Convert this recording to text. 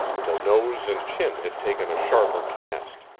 the nose and chin had taken a sharper cast,